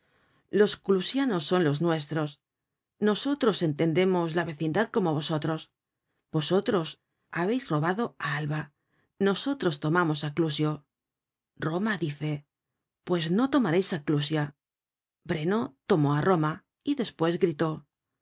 vuestros vecinos losclusianosson los nuestros nosotros entendemos la vecindad como vosotros vosotros habeis robado á alba nosotros tomamos á clusio roma dice pues no tomareis á clusa breno tomó á roma y despues gritó